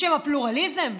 בשם הפלורליזם,